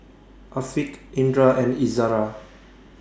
Afiq Indra and Izara